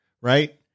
Right